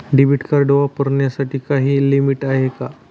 Debit card वापरण्यासाठी काही limit आहे का?